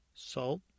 Salt